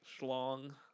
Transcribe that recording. Schlong